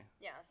Yes